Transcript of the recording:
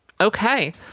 okay